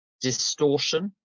distortion